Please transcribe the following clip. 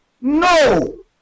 No